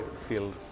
feel